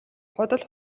худал